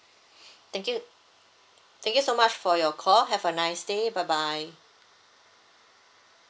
thank you thank you so much for your call have a nice day bye bye